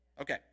Okay